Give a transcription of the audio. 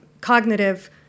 cognitive